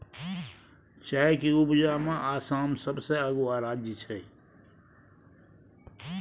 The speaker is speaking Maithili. चाय के उपजा में आसाम सबसे अगुआ राज्य छइ